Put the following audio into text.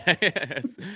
Yes